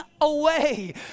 away